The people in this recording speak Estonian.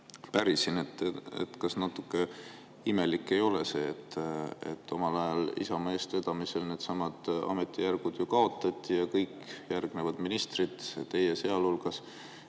pärisin, et kas natuke imelik ei ole see, et omal ajal Isamaa eestvedamisel needsamad ametijärgud kaotati, kõik järgnevad ministrid – teie sealhulgas